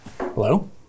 Hello